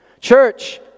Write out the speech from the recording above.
Church